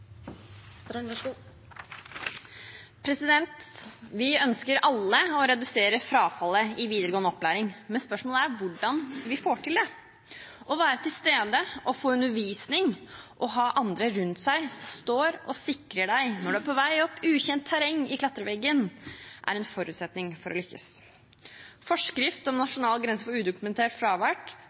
Vi ønsker alle å redusere frafallet i videregående opplæring, men spørsmålet er hvordan vi får det til. Å være til stede, å få undervisning og ha andre rundt seg som står og sikrer deg når du er på vei opp i ukjent terreng i klatreveggen, er en forutsetning for å lykkes. Forskrift om nasjonal grense for udokumentert fravær